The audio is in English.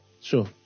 Sure